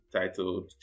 titled